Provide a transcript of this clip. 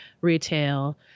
retail